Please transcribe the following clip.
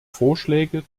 vorschläge